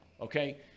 Okay